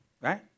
Right